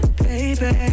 baby